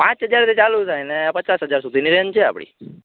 પાંચ હજારથી ચાલુ થાયે ને પચાસ હજાર સુધીની રેન્જ છે આપડી